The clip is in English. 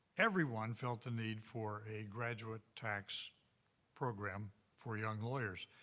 everyone felt the need for a graduate tax program for young lawyers.